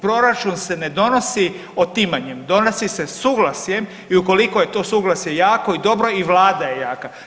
Proračun se ne donosi otimanjem, donosi se suglasjem i ukoliko je to suglasje jako i dobro i Vlada je jaka.